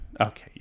Okay